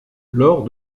lors